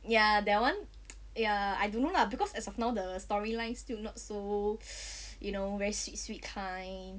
ya that [one] ya I don't know lah because as of now the storylines still not so you know very sweet sweet kind